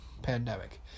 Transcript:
pandemic